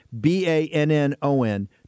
B-A-N-N-O-N